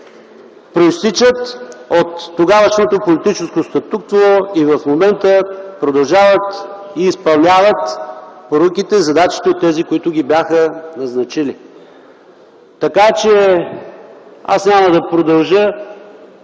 произтичат от тогавашното политическо статукво и в момента продължават и изпълняват поръките, задачите от тези, които ги бяха назначили. За мен е важното да